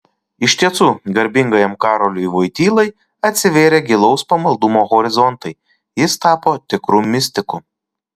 iš tiesų garbingajam karoliui vojtylai atsivėrė gilaus pamaldumo horizontai jis tapo tikru mistiku